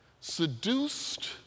seduced